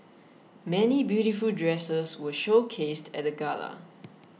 many beautiful dresses were showcased at the gala